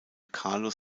carlos